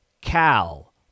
Cal